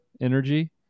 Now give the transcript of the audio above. energy